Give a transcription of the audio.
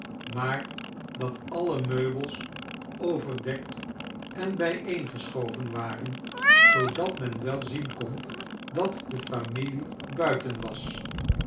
maar dat alle meubels overdekt en bijeengeschoven waren zoodat men wel zien kon dat de f amilie buiten was